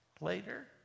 later